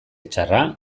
txarra